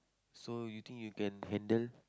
so you think you can handle